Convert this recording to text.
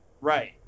Right